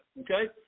Okay